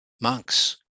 monks